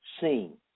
seen